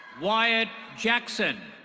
wyatt jackson.